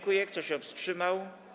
Kto się wstrzymał?